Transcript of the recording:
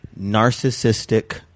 narcissistic